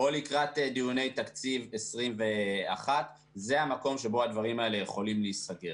או לקראת דיוני תקציב 2021. זה המקום שבו הדברים האלה יכולים להיסגר.